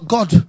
God